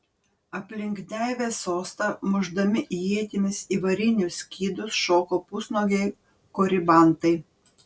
aplink deivės sostą mušdami ietimis į varinius skydus šoko pusnuogiai koribantai